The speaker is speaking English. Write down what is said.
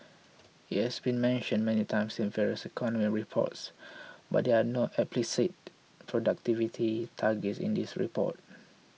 it has been mentioned many times in various economic reports but there are no explicit productivity targets in this report